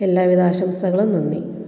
എല്ലാ വിധ ആശംസകളും നന്ദി